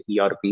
ERP